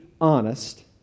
honest